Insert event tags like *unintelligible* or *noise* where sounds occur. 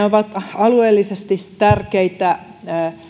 *unintelligible* ovat alueellisesti tärkeitä